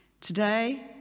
Today